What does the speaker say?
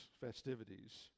festivities